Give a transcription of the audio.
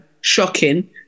Shocking